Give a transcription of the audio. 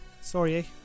Sorry